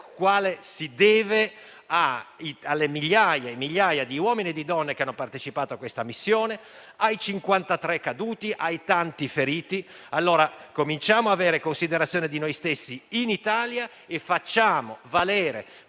che si deve alle migliaia e migliaia di uomini e donne che hanno partecipato a questa missione, ai 53 caduti e ai tanti feriti. Cominciamo ad avere considerazione di noi stessi in Italia e facciamola valere